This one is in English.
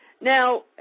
Now